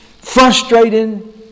frustrating